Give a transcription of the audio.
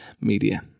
media